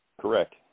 Correct